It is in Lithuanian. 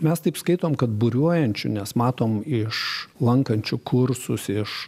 mes taip skaitom kad buriuojančių nes matom iš lankančių kursus iš